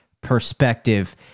perspective